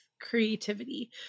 creativity